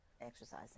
exercise